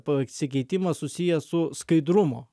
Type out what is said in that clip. pasikeitimas susijęs su skaidrumo